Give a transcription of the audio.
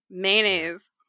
Mayonnaise